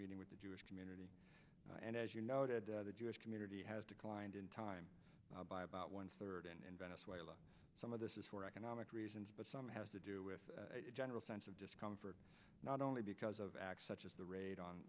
meeting with the jewish community and as you noted the jewish community has declined in time by about one third in venezuela some of this is for economic reasons but some has to do with a general sense of discomfort not only because of acts such as the raid on